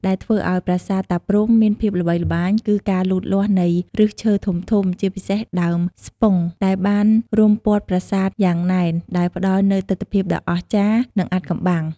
ដែលធ្វើឱ្យប្រាសាទតាព្រហ្មមានភាពល្បីល្បាញគឺ ការលូតលាស់នៃឫសឈើធំៗ ជាពិសេសដើមស្ពុង ដែលបានរុំព័ទ្ធប្រាសាទយ៉ាងណែន ដែលផ្តល់នូវទិដ្ឋភាពដ៏អស្ចារ្យ និងអាថ៌កំបាំង។